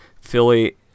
Philly –